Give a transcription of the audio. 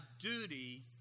duty